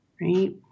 right